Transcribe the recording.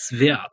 wert